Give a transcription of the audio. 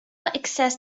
access